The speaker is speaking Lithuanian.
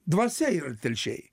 dvasia yra telšiai